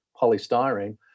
polystyrene